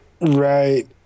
Right